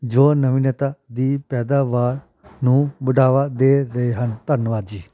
ਜੋ ਨਵੀਨਤਾ ਦੀ ਪੈਦਾਵਾਰ ਨੂੰ ਵਡਾਵਾ ਦੇ ਰਹੇ ਹਨ ਧੰਨਵਾਦ ਜੀ